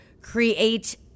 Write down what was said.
create